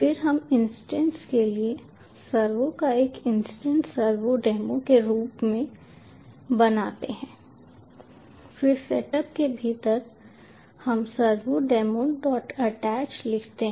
फिर हम इंस्टेंस के लिए सर्वो का एक इंस्टेंस सर्वो डेमो के रूप में बनाते हैं फिर सेटअप के भीतर हम servodemoattach लिखते हैं